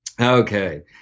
Okay